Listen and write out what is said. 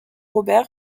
robert